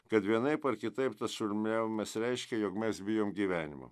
kad vienaip ar kitaip tas šurmuliavimas reiškia jog mes bijom gyvenimo